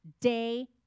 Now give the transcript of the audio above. day